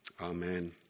Amen